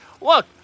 Look